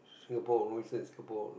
Singapore louis in Singapore